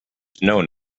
known